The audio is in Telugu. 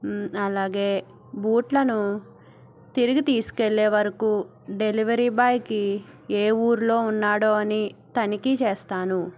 అలాగే బూట్లను తిరిగి తీసుకెళ్ళే వరకు డెలివరీ బాయ్కి ఏ ఊళ్ళో ఉన్నాడో అని తనిఖీ చేస్తాను